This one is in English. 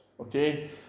okay